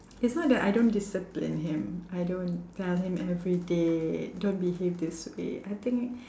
it's not that I don't discipline him I don't tell him every day don't behave this way I think